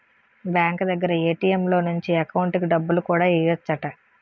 bank దగ్గర ATM లో నుంచి ఎకౌంటుకి డబ్బులు కూడా ఎయ్యెచ్చట